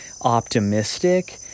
optimistic